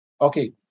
Okay